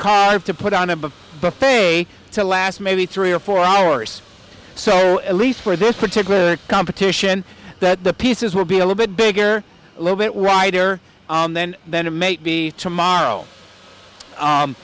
carve to put on a buffet to last maybe three or four hours so at least for this particular competition that the pieces will be a little bit bigger a little bit wider and then then a mate be tomorrow